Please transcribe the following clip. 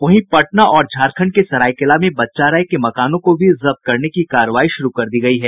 वहीं पटना और झारखण्ड के सरायकेला में बच्चा राय के मकानों को भी जब्त करने की कार्रवाई शुरू कर दी गयी है